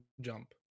jump